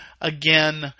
again